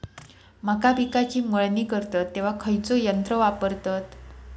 मका पिकाची मळणी करतत तेव्हा खैयचो यंत्र वापरतत?